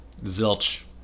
zilch